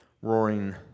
roaring